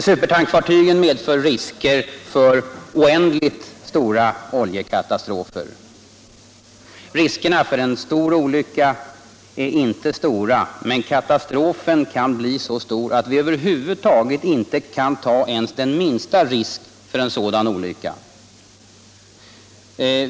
Supertankfartygen medför risker för oändligt stora oljekatastrofer. Riskerna för en stor olycka är inte betydande, men katastrofen kan bli så stor att vi över huvud taget inte kan ta ens den minsta risk för en sådan olycka.